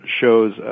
shows